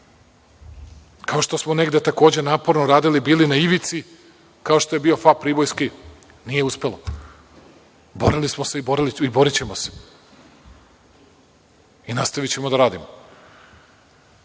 Kao što smo negde, takođe, naporno radili, bili na ivici, kao što je bio „Fap“ Pribojski, nije uspelo. Borili smo se i borićemo se. I nastavićemo da radimo. Što